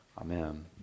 Amen